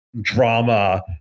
drama